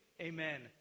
amen